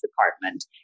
department